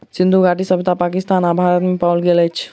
सिंधु घाटी सभ्यता पाकिस्तान आ भारत में पाओल गेल अछि